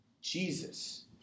Jesus